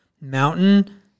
mountain